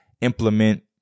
implement